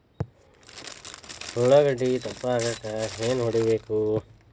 ಉಳ್ಳಾಗಡ್ಡೆ ದಪ್ಪ ಆಗಲು ಏನು ಹೊಡಿಬೇಕು?